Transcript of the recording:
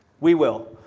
we will.